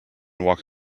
walk